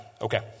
Okay